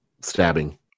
stabbing